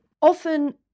often